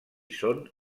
són